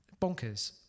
Bonkers